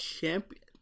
champion